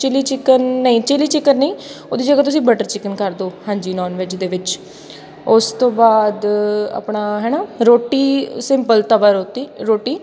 chilli chicken ਨਹੀਂ chilli chicken ਨਹੀਂ ਉਹਦੀ ਜਗ੍ਹਾ ਤੁਸੀਂ ਬਟਰ ਚਿਕਨ ਕਰ ਦਿਉ ਹਾਂਜੀ ਨੋਨ ਵੈਜ ਦੇ ਵਿੱਚ ਉਸ ਤੋਂ ਬਾਅਦ ਆਪਣਾ ਹੈ ਨਾ ਰੋਟੀ ਸਿੰਪਲ ਤਵਾ ਰੋਟੀ ਰੋਟੀ